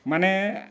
ᱢᱟᱱᱮ